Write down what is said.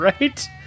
Right